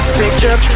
picture